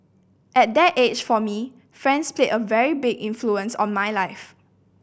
at that age for me friends played a very big influence on my life